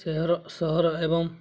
ସହର ସହର ଏବଂ